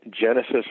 Genesis